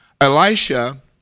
Elisha